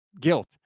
guilt